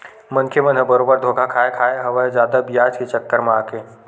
मनखे मन ह बरोबर धोखा खाय खाय हवय जादा बियाज के चक्कर म आके